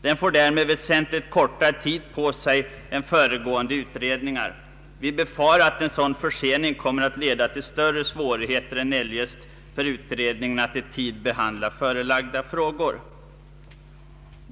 Den får därmed väsentligt kortare tid på sig än föregående utredningar. Vi befarar att en sådan försening kommer att leda till större svårigheter än eljest för utredningen att i tid hinna behandla förelagda frågor.